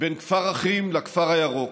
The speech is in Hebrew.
בין כפר אחים לכפר הירוק,